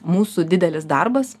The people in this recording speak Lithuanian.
mūsų didelis darbas